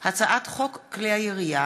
הצעת חוק כלי הירייה